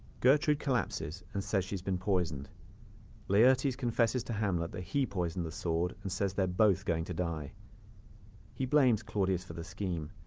gertrude collapses and says she's been poisoned laertes confesses to hamlet he poisoned the sword and says they're both going to die he blames claudius for the scheme.